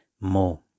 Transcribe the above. more